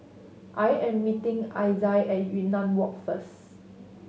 I am meeting Isai at Yunnan Walk first